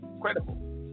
credible